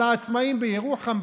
אבל העצמאים בירוחם,